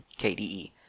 KDE